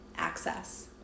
access